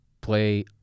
play